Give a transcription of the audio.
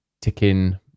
ticking